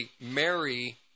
marry